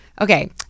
Okay